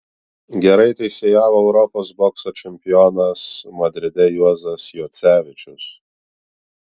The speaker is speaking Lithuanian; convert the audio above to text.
gerai teisėjavo europos bokso čempionas madride juozas juocevičius